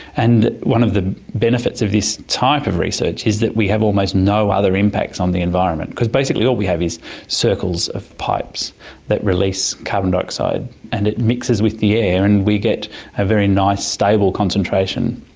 and one of the benefits of this type of research is that we have almost no other impacts on the environment because basically all we have are circles of pipes that release carbon dioxide and it mixes with the air and we get a very nice stable concentration.